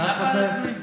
אני עפה על עצמי?